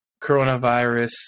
coronavirus